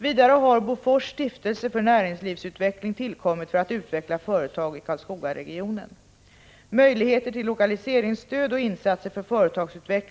Vidare har Bofors stiftelse för näringslivsutveckling tillkommit för att utveckla företag i Karlskogaregionen.